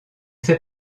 ses